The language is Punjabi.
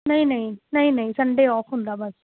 ਨਹੀਂ ਨਹੀਂ ਨਹੀਂ ਨਹੀਂ ਸੰਡੇ ਔਫ ਹੁੰਦਾ ਬਸ